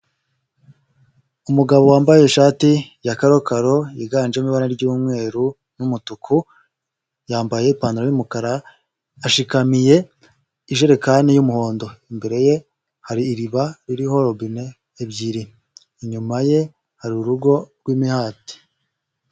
Umugabo wambaye ishati ya kalokaro yiganjemo ibara ry'umweru n'umutuku, yambaye ipantaro y'umukara, ashikamiye ijerekani y'umuhondo, imbere ye hari iriba ririho robine ebyiri, inyuma ye hari urugo rw'imihati.